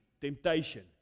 temptation